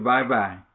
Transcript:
Bye-bye